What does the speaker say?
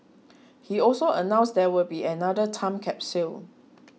he also announced there will be another time capsule